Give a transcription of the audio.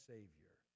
Savior